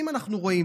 אם אנחנו רואים,